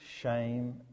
shame